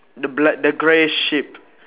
the black the grey sheep